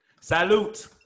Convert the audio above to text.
salute